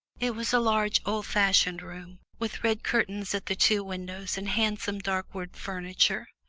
it was a large old-fashioned room, with red curtains at the two windows and handsome dark wood furniture.